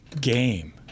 game